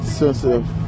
sensitive